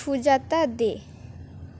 Sujata দে